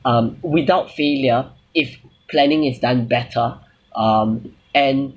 um without failure if planning is done better um and